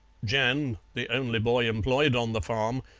jan, the only boy employed on the farm,